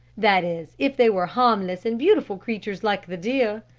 that is, if they were harmless and beautiful creatures like the deer.